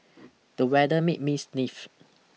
the weather made me sniff